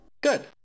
Good